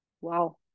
Wow